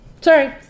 Sorry